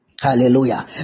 hallelujah